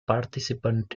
participant